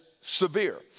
severe